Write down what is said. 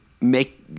make